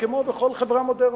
כמו בכל חברה מודרנית,